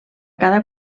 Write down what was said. cada